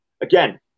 Again